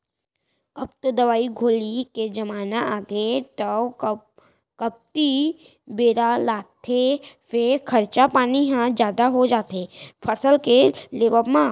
अब तो दवई गोली के जमाना आगे तौ कमती बेरा लागथे फेर खरचा पानी ह जादा हो जाथे फसल के लेवब म